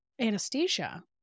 anesthesia